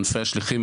ענפי השליחים,